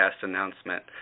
announcement